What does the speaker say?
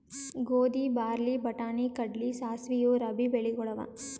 ಗೋಧಿ, ಬಾರ್ಲಿ, ಬಟಾಣಿ, ಕಡ್ಲಿ, ಸಾಸ್ವಿ ಇವು ರಬ್ಬೀ ಬೆಳಿಗೊಳ್ ಅವಾ